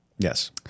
Yes